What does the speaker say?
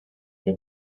que